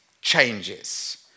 changes